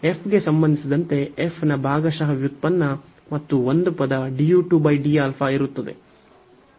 f ಗೆ ಸಂಬಂಧಿಸಿದಂತೆ f ನ ಭಾಗಶಃ ವ್ಯುತ್ಪನ್ನ ಮತ್ತು ಒಂದು ಪದ du 2 dα ಇರುತ್ತದೆ